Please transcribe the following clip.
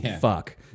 fuck